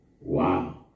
Wow